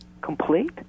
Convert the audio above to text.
complete